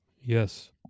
Yes